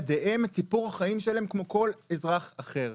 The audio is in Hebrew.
ידיהם את סיפור חייהם כמו כל אזרח אחר.